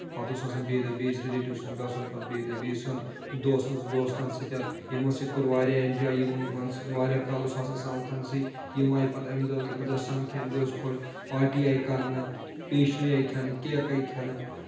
پَتہٕ اوس آسان بیٚیہِ دۄہ بیٚیِس رِلیٹِو سُنٛد گژھُن پَتہٕ بیٚیہِ دۄہ بیٚیہِ سُنٛد دوستَہٕ دوستن سۭتۍ یِمن سۭتۍ کوٚر واریاہ اینجاے یِمن سۭتۍ واریاہ کالَس اوس آسان سمکھن سٕے یِم آیہِ پَتہٕ اَمہِ دۄہ اوس اَمہِ دۄہ سَمکھ امہِ دۄہ اوس خۄش پاٹی آیہِ کرنہٕ پیشٹری آیہِ کھؠنہٕ کیک آیہِ کھؠنہٕ